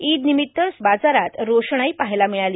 ईद निमित्त बाजारात रोषणाई पाहायला मिळाली